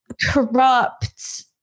corrupt